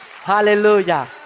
Hallelujah